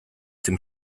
dem